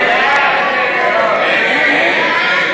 נגד האמון.